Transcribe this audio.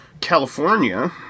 California